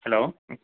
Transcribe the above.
hello